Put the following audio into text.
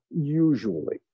usually